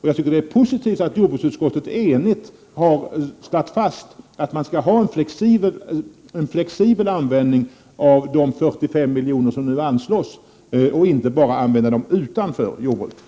Jag tycker att det är positivt att jordbruksutskottet enigt har slagit fast att de 45 miljoner som nu anslås skall användas på ett flexibelt sätt — inte bara användas utanför jordbruket.